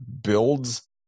builds